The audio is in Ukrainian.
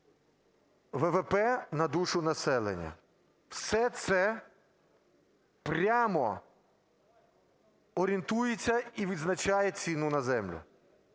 ВВП на душу населення – все це прямо орієнтується і визначає ціну на землю.